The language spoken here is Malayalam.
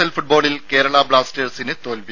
എൽ ഫുട്ബോളിൽ കേരള ബ്ലാസ്റ്റേഴ്സിന് തോൽവി